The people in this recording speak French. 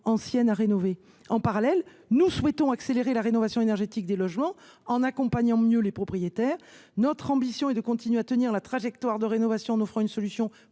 anciennes. En parallèle, nous souhaitons accélérer la rénovation énergétique des logements en accompagnant mieux les propriétaires. Notre ambition est de continuer à tenir la trajectoire en la matière en offrant une solution